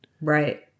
Right